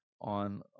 on